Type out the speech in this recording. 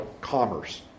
commerce